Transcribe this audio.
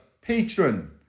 patron